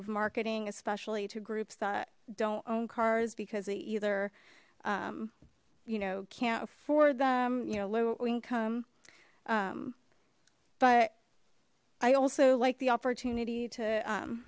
of marketing especially to groups that don't own cars because they either you know can't for them you know low income but i also like the opportunity to